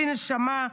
בלי נשמה.